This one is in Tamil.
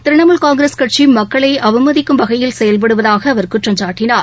திரிணாமுல் காங்கிரஸ் கட்சி மக்களை அவமதிக்கும் வகையில் செயல்படுவதாக அவர் குற்றம் சாட்டினார்